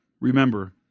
remember